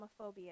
homophobia